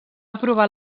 aprovar